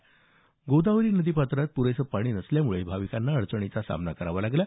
मात्र गोदावरी पात्रात पुरेसं पाणी नसल्यामुळे भाविकांना अडचणींचा सामना करावा लागला